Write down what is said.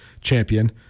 champion